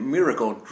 Miracle